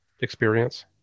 experience